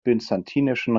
byzantinischen